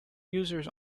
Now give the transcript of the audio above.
users